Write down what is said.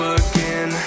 again